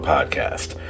Podcast